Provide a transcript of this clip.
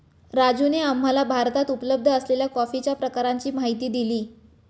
राजूने आम्हाला भारतात उपलब्ध असलेल्या कॉफीच्या प्रकारांची माहिती दिली